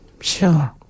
Sure